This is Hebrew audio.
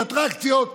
באטרקציות,